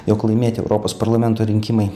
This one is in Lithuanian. jog laimėti europos parlamento rinkimai